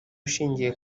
ashingiye